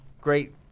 great